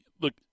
Look